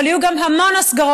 אבל היו גם המון הסגרות,